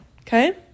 okay